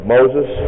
Moses